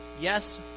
Yes